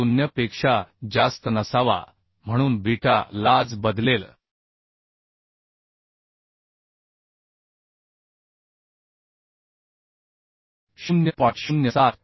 0 पेक्षा जास्त नसावा म्हणून बीटा lj बदलेल 0